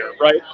right